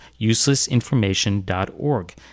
uselessinformation.org